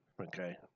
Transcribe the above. Okay